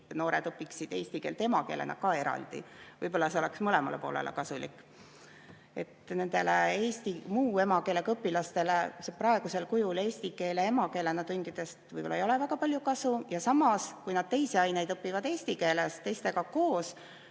eesti noored õpiksid eesti keelt emakeelena ka eraldi. Võib-olla see oleks mõlemale poolele kasulik. Nendele muu emakeelega õpilastele praegusel kujul eesti keel emakeelena tundidest võib-olla ei oleks väga palju kasu. Samas, kui nad teisi aineid õpivad eesti keeles teistega koos,